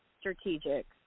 strategic